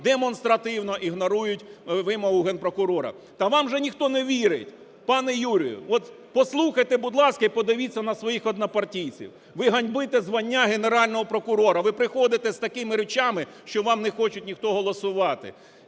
демонстративно ігнорують вимогу Генпрокурора. Та вам же ніхто не вірить, пане Юрію! От послухайте, будь ласка, і подивіться на своїх однопартійців. Ви ганьбите звання Генерального прокурора. Ви приходите з такими речами, що вам не хочуть ніхто голосувати.